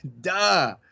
Duh